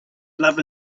love